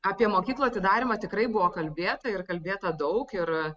apie mokyklų atidarymą tikrai buvo kalbėta ir kalbėta daug ir